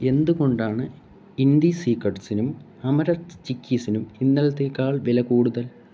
എന്തുകൊണ്ടാണ് ഇൻഡിസീക്രെറ്റ്സിനും അമരന്ത് ചിക്കിസിനും ഇന്നലത്തേക്കാൾ വില കൂടുതൽ